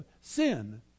sin